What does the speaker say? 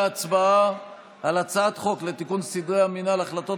ההצעה להעביר את הצעת חוק לתיקון סדרי המינהל (החלטות